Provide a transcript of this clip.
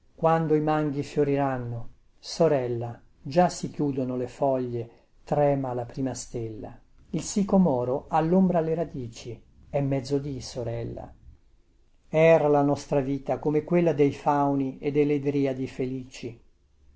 quando i manghi fioriranno sorella già si chiudono le foglie trema la prima stella il sicomoro ha lombra alle radici è mezzodì sorella era la nostra vita come quella dei fauni e delle driadi felici